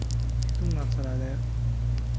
ᱤᱛᱩᱱ ᱟᱥᱲᱟᱨᱮ